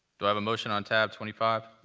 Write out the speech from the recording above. do i have a motion on tab twenty five.